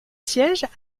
siège